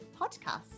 podcast